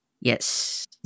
Yes